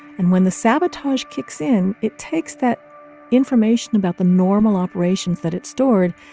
and when the sabotage kicks in, it takes that information about the normal operations that it stored,